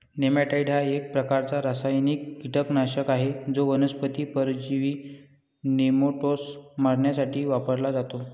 नेमॅटाइड हा एक प्रकारचा रासायनिक कीटकनाशक आहे जो वनस्पती परजीवी नेमाटोड्स मारण्यासाठी वापरला जातो